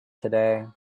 today